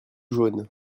jaune